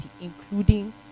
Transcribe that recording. including